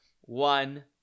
One